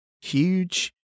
huge